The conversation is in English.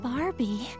Barbie